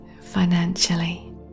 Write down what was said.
financially